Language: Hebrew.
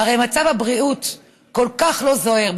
הרי מצב הבריאות כל כך לא זוהר.